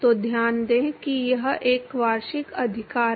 तो ध्यान दें कि यह एक वार्षिक अधिकार है